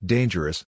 Dangerous